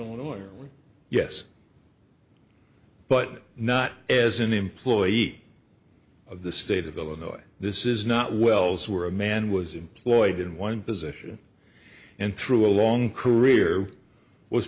illinois yes but not as an employee of the state of illinois this is not wells were a man was employed in one position and through a long career was